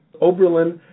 Oberlin